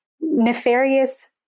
nefarious